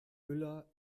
müller